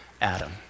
Adam